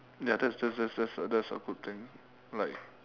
ya that's that's that's that's a good thing like